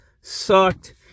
sucked